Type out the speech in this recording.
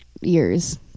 years